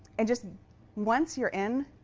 and just once you're in,